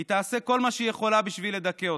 היא תעשה כל מה שהיא יכולה בשביל לדכא אותנו.